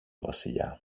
βασιλιά